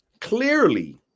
Clearly